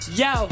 yo